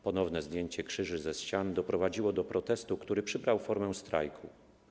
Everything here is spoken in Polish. Ponowne zdjęcie krzyży ze ścian doprowadziło do protestu, który przybrał formę strajku.